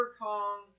Kong